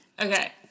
Okay